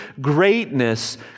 greatness